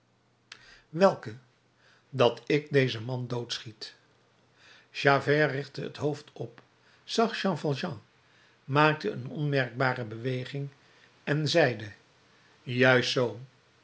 welke dat ik dezen man doodschiet javert richtte het hoofd op zag jean valjean maakte een onmerkbare beweging en zeide juist zoo